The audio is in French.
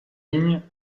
vigne